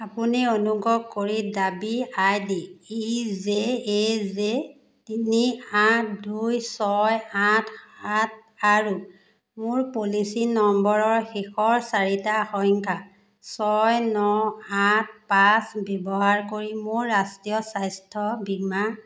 আপুনি অনুগ্ৰহ কৰি দাবী I D E J A J তিনি আঠ দুই ছয় আঠ সাত আৰু মোৰ পলিচী নম্বৰৰ শেষৰ চাৰিটা সংখ্যা ছয় ন আঠ পাঁচ ব্যৱহাৰ কৰি মোৰ ৰাষ্ট্ৰীয় শ্বাস্থ্য বীমা